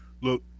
Look